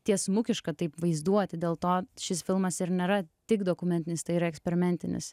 tiesmukiška taip vaizduoti dėl to šis filmas ir nėra tik dokumentinis tai yra eksperimentinis